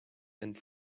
and